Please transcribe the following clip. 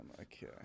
Okay